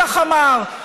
כך אמר,